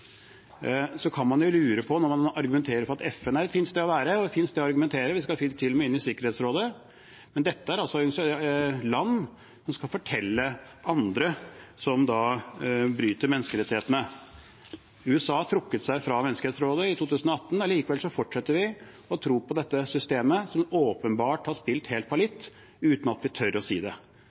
Så kan man jo lure, når man må argumentere for at FN er et fint sted å være og et fint sted å argumentere, og vi skal til og med inn i Sikkerhetsrådet: Dette er altså land som skal fortelle andre at de bryter menneskerettighetene. USA trakk seg fra Menneskerettighetsrådet i 2018. Allikevel fortsetter vi å tro på dette systemet, som åpenbart har spilt helt fallitt uten at vi tør å si det.